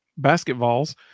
basketballs